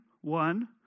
one